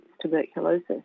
tuberculosis